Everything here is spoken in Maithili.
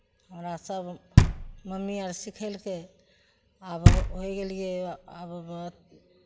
हमरासभ मम्मी अर सिखेलके आब होइ गेलियै आब